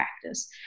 practice